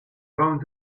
going